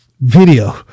Video